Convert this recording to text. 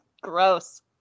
Gross